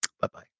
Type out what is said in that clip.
Bye-bye